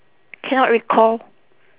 cannot recall